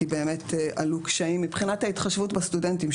כי באמת עלו קשיים מבחינת ההתחשבות בסטודנטים.